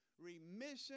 Remission